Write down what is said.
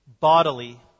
bodily